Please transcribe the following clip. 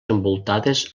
envoltades